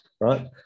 right